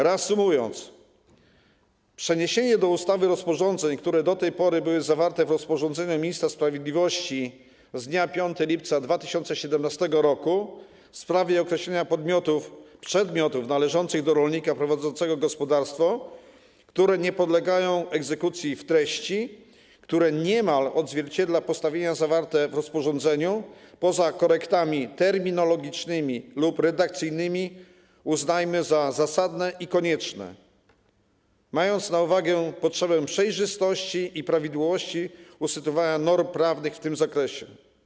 Reasumując, przeniesienie do ustawy rozwiązań, które do tej pory były zawarte w rozporządzeniu ministra sprawiedliwości z dnia 5 lipca 2017 r. w sprawie określenia przedmiotów należących do rolnika prowadzącego gospodarstwo, które nie podlegają egzekucji, o treści, która niemal odzwierciedla postanowienia zawarte w rozporządzeniu, poza korektami terminologicznymi lub redakcyjnymi, uznajemy za zasadne i konieczne, mając na uwadze potrzebę zapewnienia przejrzystości i prawidłowości usytuowania norm prawnych w tym zakresie.